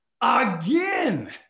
again